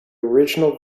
original